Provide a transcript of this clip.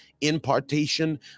impartation